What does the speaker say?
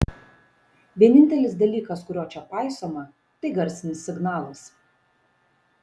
vienintelis dalykas kurio čia paisoma tai garsinis signalas